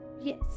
yes